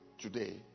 today